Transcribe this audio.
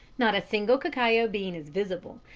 not a single cacao bean is visible,